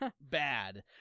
bad